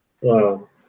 Wow